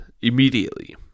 immediately